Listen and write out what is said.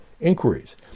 inquiries